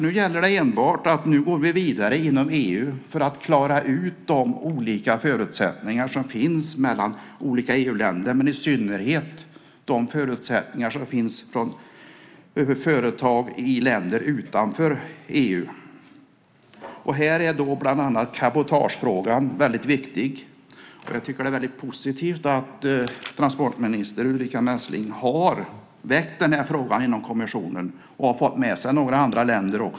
Nu gäller det enbart att gå vidare inom EU för att klara ut de olika förutsättningar som finns mellan olika EU-länder, i synnerhet de förutsättningar som finns för företag utanför EU. Här är bland annat cabotagefrågan väldigt viktig. Jag tycker att det är väldigt positivt att transportminister Ulrica Messing har väckt frågan inom kommissionen och fått med sig några andra länder.